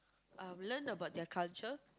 uh learn about their culture